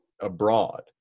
abroad